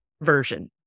version